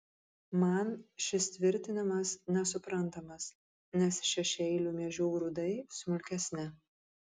man šis tvirtinimas nesuprantamas nes šešiaeilių miežių grūdai smulkesni